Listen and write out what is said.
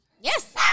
Yes